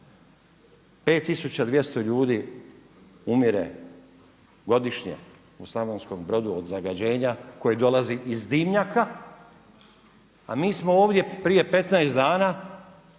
5200 ljudi umire godišnje u Slavonskom Brodu od zagađenja, koje dolazi iz dimnjaka, a mi smo ovdje prije 15 dana